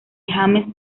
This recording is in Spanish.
james